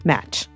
Match